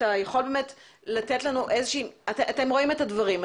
אתם רואים את הדברים,